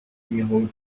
numéros